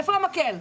איפה המקל?